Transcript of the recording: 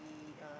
yeah